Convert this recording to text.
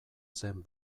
zen